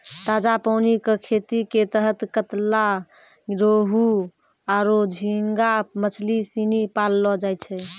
ताजा पानी कॅ खेती के तहत कतला, रोहूआरो झींगा मछली सिनी पाललौ जाय छै